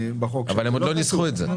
אבל הם עוד לא ניסחו את זה.